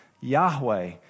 Yahweh